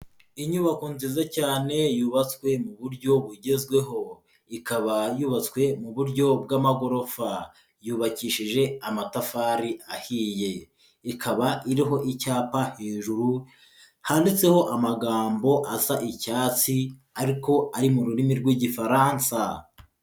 Inyubako nziza cyane yubatswe mu buryo bugezweho, ikaba yubatswe mu buryo bw'amagorofa, yubakishije amatafari ahiye, ikaba iriho icyapa hejuru handitseho amagambo asa icyatsi ariko ari mu rurimi rw'Igifaransa.